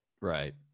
Right